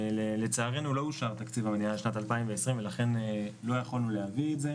לצערנו לא אושר תקציב המדינה לשנת 2020 ולכן לא יכולנו להביא את זה.